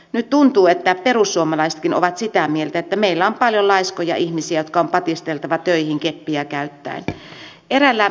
nyt tuntuu että perussuomalaisetkin ovat sitä mieltä että meillä on paljon laiskoja ihmisiä jotka on patisteltava töihin keppiä käyttäen